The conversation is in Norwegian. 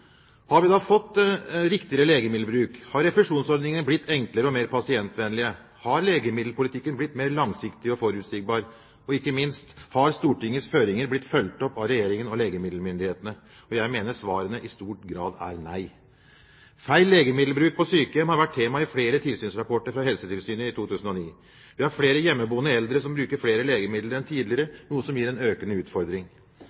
Har vi da fått riktigere legemiddelbruk? Har refusjonsordningene blitt enklere og mer pasientvennlige? Har legemiddelpolitikken blitt mer langsiktig og forutsigbar? Og ikke minst: Har Stortingets føringer blitt fulgt opp av Regjeringen og legemiddelmyndighetene? Jeg mener svarene i stor grad er nei. Feil legemiddelbruk på sykehjem har vært tema i flere tilsynsrapporter fra Helsetilsynet i 2009. Vi har flere hjemmeboende eldre som bruker flere legemidler enn